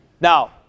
Now